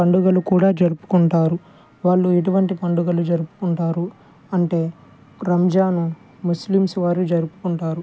పండుగలు కూడా జరుపుకుంటారు వాళ్ళు ఎటువంటి పండుగలు జరుపుకుంటారు అంటే రంజాను ముస్లిమ్స్ వారు జరుపుకుంటారు